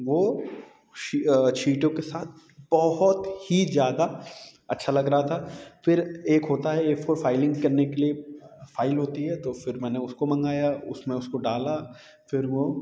वो शीटों के साथ बहुत ही ज़्यादा अच्छा लग रहा था फिर एक होता है ए फोर फाइलिंग करने के लिए फाइल होती है तो फिर मैंने उसको मंगाया उसमें उसको डाला फिर वो